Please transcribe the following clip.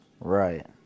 right